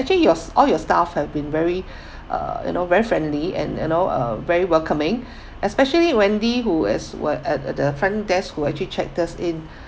actually yours all your staff had been very uh you know very friendly and you know uh very welcoming especially wendy who as were at at the front desk who actually check us in